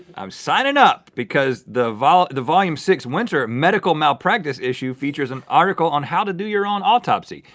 i'm signin' up, because the volume the volume six, winter medical malpractice issue features an article on how to do your own autopsy.